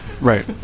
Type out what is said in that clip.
Right